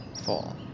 fall